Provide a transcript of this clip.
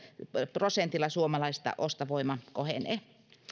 prosentilla suomalaisista ostovoima kohenee